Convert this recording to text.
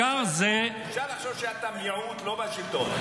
אפשר לחשוב שאתה מיעוט ולא בשלטון.